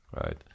right